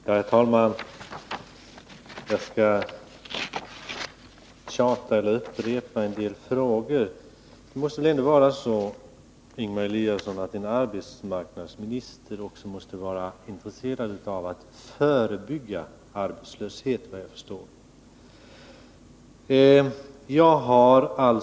Herr talman! Jag skall upprepa en del frågor. Måste inte, Ingemar Eliasson, en arbetsmarknadsminister också vara intresserad av att förebygga arbetslöshet? Efter vad jag förstår måste han det.